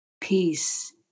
peace